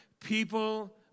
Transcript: People